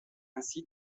ainsi